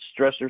stressors